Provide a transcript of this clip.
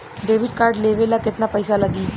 Debit card लेवे ला केतना पईसा लागी?